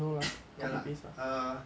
ya lah err